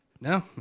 no